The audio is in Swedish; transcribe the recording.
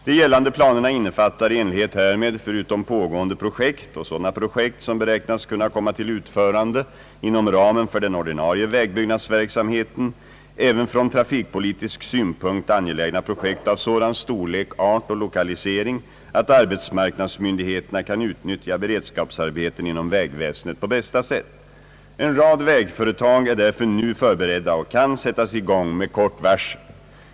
De gällande planerna innefattar i enlighet härmed — förutom pågående projekt och sådana projekt som beräknas kunna komma till utförande inom ramen för den ordinarie vägbyggnadsverksamheten — även från trafikpolitisk synpunkt angelägna projekt av sådan storlek, art och lokalisering, att arbetsmarknadsmyndigheterna kan utnyttja beredskapsarbeten inom vägväsendet på bästa sätt. En rad vägföretag är därför nu förberedda och kan sättas i gång med kort varsel.